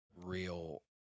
Real